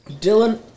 Dylan